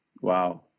Wow